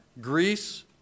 Greece